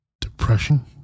Depression